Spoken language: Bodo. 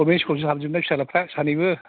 गभर्नमेन्ट स्कुलावसो हाबजोबनाय सानैबो